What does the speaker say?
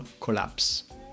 collapse